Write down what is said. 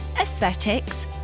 aesthetics